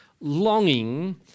longing